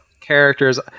characters